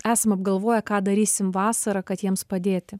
esam apgalvoję ką darysim vasarą kad jiems padėti